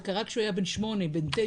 זה קרה שהוא היה בן 8 בן 9,